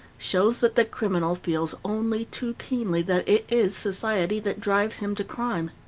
shows that the criminal feels only too keenly that it is society that drives him to crime.